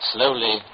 Slowly